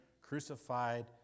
crucified